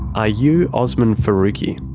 ah you osman faruqi.